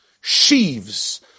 Sheaves